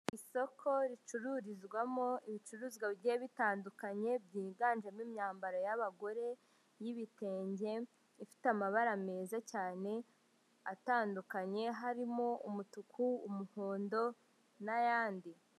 Isoko ricururizwamo ibicuruzwa bigiye bitandukanye byiganjemo imyambaro y'abagore y'ibitenge, ifite amabara meza cyane atandukanye harimo: umutuku, umuhondo, n'ayandi.